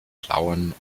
plauen